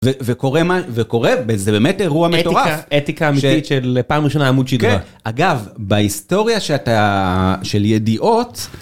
וקורה, זה באמת אירוע מטורף. אתיקה אמיתית של פעם ראשונה עמוד שדרה. אגב, בהיסטוריה של ידיעות,